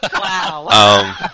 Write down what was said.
Wow